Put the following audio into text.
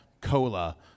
cola